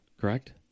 correct